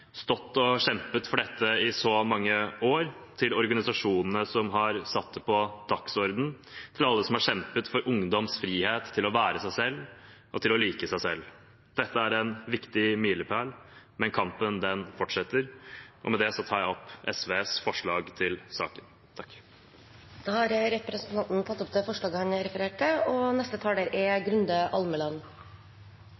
stått på og kjempet for dette i så mange år, til organisasjonene som har satt det på dagsordenen – til alle som har kjempet for ungdoms frihet til å være seg selv og til å like seg selv. Dette er en viktig milepæl, men kampen fortsetter. Med det tar jeg opp SVs forslag i saken. Representanten Freddy André Øvstegård har tatt opp det forslaget han refererte til.